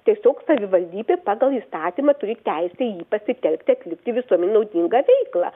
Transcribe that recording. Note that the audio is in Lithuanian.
tiesiog savivaldybė pagal įstatymą turi teisę jį pasitelkti atlikti visuomenei naudingą veiklą